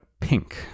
pink